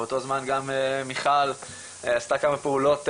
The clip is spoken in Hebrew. באותו זמן גם מיכל עשתה כמה פעולות,